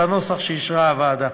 בנוסח שאישרה הוועדה.